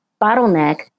bottleneck